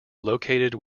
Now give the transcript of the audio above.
located